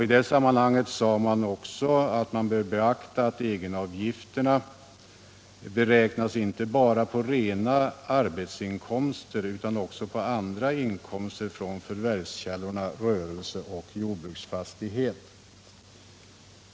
I det sammanhanget anförde utskottet också att man bör beakta att egenavgifterna beräknas inte bara på rena arbetsinkomster utan också på inkomster från förvärvskällorna Rörelse och Jordbruksfastighet.